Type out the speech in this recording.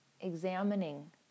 examining